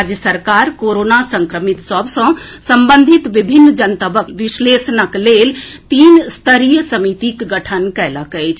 राज्य सरकार कोरोना संक्रमित सभ सॅ संबंधित विभिन्न जनतबक विश्लेषणक लेल तीन स्तरीय समितिक गठन कयलक अछि